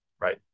right